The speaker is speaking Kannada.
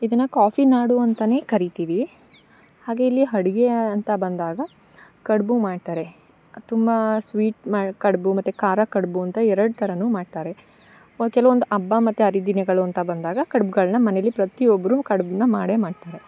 ಇದನ್ನು ಕಾಫಿ ನಾಡು ಅಂತಾನೆ ಕರೀತೀವಿ ಹಾಗೆ ಇಲ್ಲಿ ಅಡ್ಗೆಯ ಅಂತ ಬಂದಾಗ ಕಡುಬು ಮಾಡ್ತಾರೆ ಅದು ತುಂಬ ಸ್ವೀಟ್ ಮಾ ಕಡುಬು ಮತ್ತು ಖಾರ ಕಡುಬು ಅಂತ ಎರಡು ಥರ ಮಾಡ್ತಾರೆ ಕೆಲವೊಂದು ಹಬ್ಬ ಮತ್ತು ಹರಿದಿನಗಳು ಅಂತ ಬಂದಾಗ ಕಡ್ಬುಗಳ್ನ ಮನೇಲಿ ಪ್ರತಿಯೊಬ್ಬರು ಕಡುಬ್ನ ಮಾಡೆ ಮಾಡ್ತಾರೆ